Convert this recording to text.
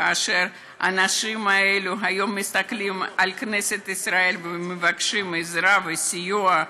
כאשר האנשים האלה מסתכלים היום על כנסת ישראל ומבקשים עזרה וסיוע.